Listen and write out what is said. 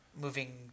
moving